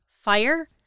fire